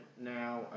now